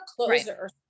closer